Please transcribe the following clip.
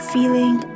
Feeling